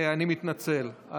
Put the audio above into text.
אני מתנצל.